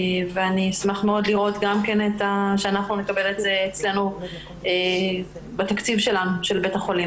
אני אשמח מאוד שנקבל אותו אלינו לתקציב בית החולים.